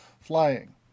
flying